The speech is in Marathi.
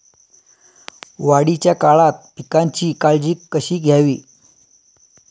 वाढीच्या काळात पिकांची काळजी कशी घ्यावी?